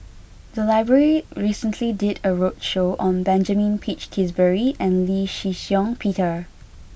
the library recently did a roadshow on Benjamin Peach Keasberry and Lee Shih Shiong Peter